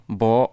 bo